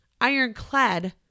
ironclad